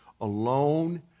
alone